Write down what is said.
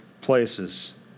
places